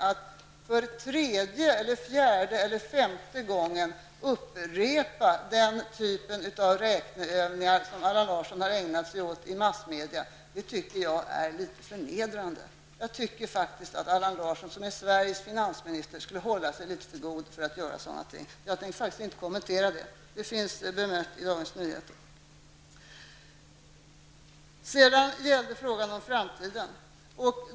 Att för tredje, fjärde eller femte gången upprepa den typen av räkneövningar som Allan Larsson har ägnat sig åt i massmedia måste jag säga är litet förnedrande. Jag tycker faktiskt att Allan Larsson, som är Sveriges finansminister, skulle hålla sig litet för god för att göra sådana ting. Jag tänker faktiskt inte kommentera det. Det finns bemött i Dagens Sedan gällde frågan framtiden.